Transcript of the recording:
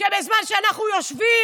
שבזמן שאנחנו יושבים,